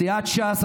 סיעת ש"ס,